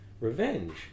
revenge